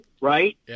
Right